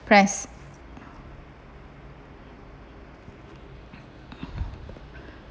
press